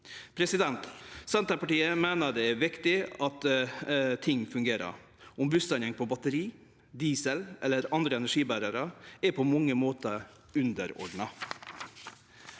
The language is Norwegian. Senterpartiet meiner det er viktig at ting fungerer. Om bussane går på batteri, diesel eller andre energiberarar, er på mange måtar underordna.